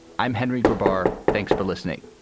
i'm henry gabbar. thanks for listening.